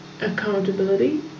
accountability